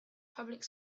public